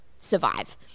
survive